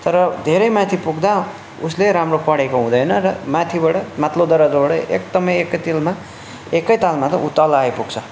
तर धेरै माथि पुग्दा उसले राम्रो पढेको हुँदैन र माथिबाट माथ्लो दर्जाबाट एकदमै एकैतालमा एकैतालमा ऊ तल आइपुग्छ